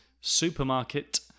Supermarket